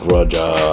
Roger